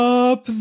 up